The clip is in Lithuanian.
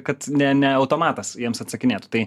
kad ne ne automatas jiems atsakinėtų tai